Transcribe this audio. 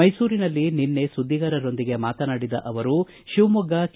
ಮೈಸೂರಿನಲ್ಲಿ ನಿನ್ನೆ ಸುದ್ದಿಗಾರರೊಂದಿಗೆ ಮಾತನಾಡಿದ ಅವರು ತಿವಮೊಗ್ಗ ಕೆ